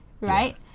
right